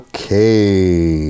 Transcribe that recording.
Okay